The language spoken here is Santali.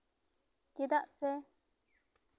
ᱪᱮᱫᱟᱜ ᱥᱮ